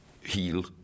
heal